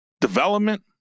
development